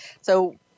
So-